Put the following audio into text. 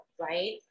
right